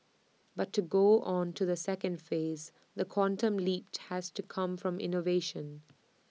but to go on to the second phase the quantum leap has to come from innovation